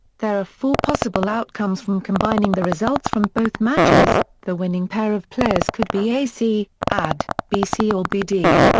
there are four possible outcomes from combining the results from both matches the winning pair of players could be ac, ad, bc or bd.